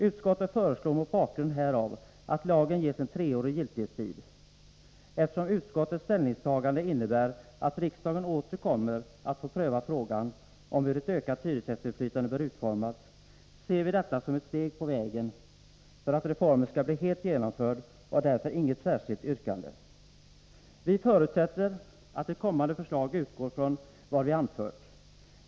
Utskottet föreslår mot bakgrund härav att lagen ges en treårig giltighetstid. Eftersom utskottets ställningstagande innebär att riksdagen åter kommer att få pröva frågan om hur ett ökat hyresgästinflytande bör utformas, ser vi detta som ett steg på vägen för att reformen skall bli helt genomförd och har därför inget särskilt yrkande. Vi förutsätter att ett kommande förslag utgår från vad vi anfört.